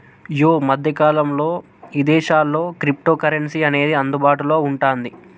యీ మద్దె కాలంలో ఇదేశాల్లో క్రిప్టోకరెన్సీ అనేది అందుబాటులో వుంటాంది